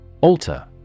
Alter